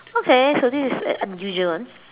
okay so this is an unusual one